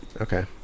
okay